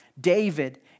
David